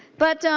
but